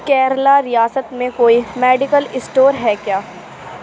کیرلا ریاست میں کوئی میڈیکل اسٹور ہے کیا